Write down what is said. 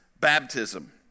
baptism